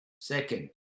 second